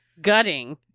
gutting